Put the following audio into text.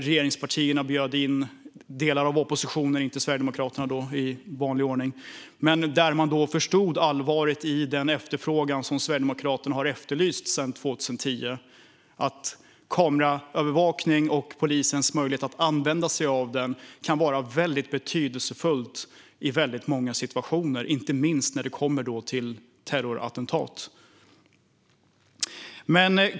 Regeringspartierna bjöd in delar av oppositionen till en diskussion - i vanlig ordning inte Sverigedemokraterna - då man förstod allvaret i den efterfrågan som Sverigedemokraterna haft sedan 2010. Kameraövervakning och polisens möjlighet att använda sig av den kan vara väldigt betydelsefullt i många situationer, inte minst när det gäller terrorattentat.